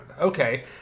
Okay